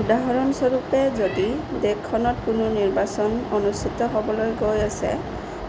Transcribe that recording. উদাহৰণস্বৰূপে যদি দেশখনত কোনো নিৰ্বাচন অনুষ্ঠিত হ'বলৈ গৈ আছে